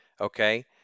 Okay